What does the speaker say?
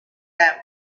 camp